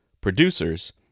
producers